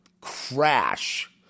crash